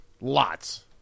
lots